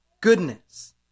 goodness